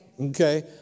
Okay